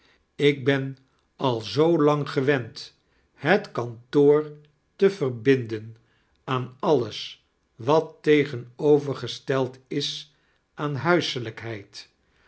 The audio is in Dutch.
ik ben al zoo lang gewend het kantoor te verbinden aan alles wat tegenovergesteld is aan